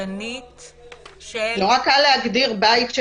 -- ושלא ייכנסו אליהן הביתה.